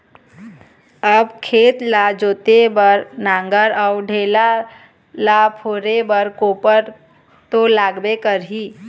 अब खेत ल जोते बर नांगर अउ ढेला ल फोरे बर कोपर तो लागबे करही